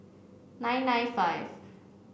nine nine five